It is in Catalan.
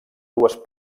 dues